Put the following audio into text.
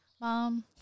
mom